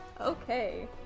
Okay